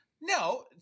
No